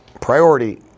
priority